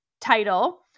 title